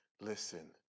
listen